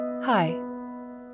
Hi